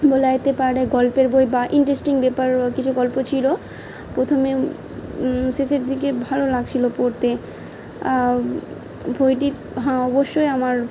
বলা যেতে পারে গল্পের বই বা ইন্টারেস্টিং ব্যাপার কিছু গল্প ছিলো প্রথমে শেষের দিকে ভালো লাগছিলো পড়তে বইটি হ্যাঁ অবশ্যই আমার